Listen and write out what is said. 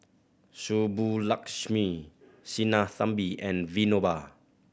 Subbulakshmi Sinnathamby and Vinoba